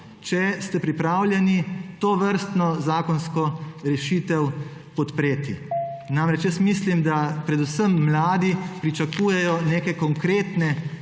Ali ste pripravljeni tovrstno zakonsko rešitev podpreti? Jaz mislim, da predvsem mladi pričakujejo neke konkretne